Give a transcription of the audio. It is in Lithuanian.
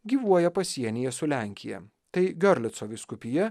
gyvuoja pasienyje su lenkija tai giorlico vyskupija